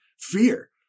Fear